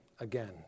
again